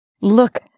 look